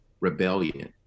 rebellion